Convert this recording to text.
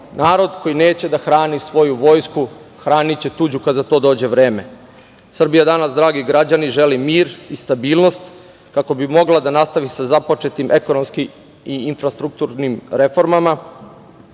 narod koji neće da hrani svoju vojsku, hraniće tuđu kada za to dođe vreme. Srbija danas, dragi građani želi mir i stabilnost kako bi mogla da nastavi sa započetim ekonomskim i infrastrukturnim reformama,